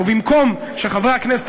במקום שחברי הכנסת